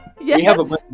Yes